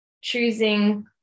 choosing